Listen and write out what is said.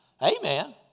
Amen